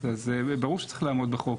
אז ברור שצריך לעמוד בחוק,